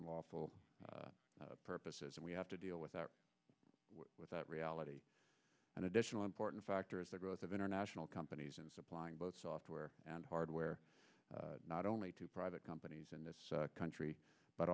and lawful purposes and we have to deal with that with that reality and additional important factor is the growth of international companies and supplying both software and hardware not only to private companies in this country but